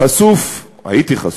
חשוף, הייתי חשוף,